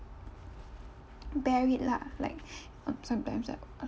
bear it lah like um sometimes I